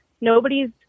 Nobody's